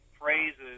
phrases